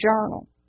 journal